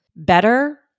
Better